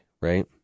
right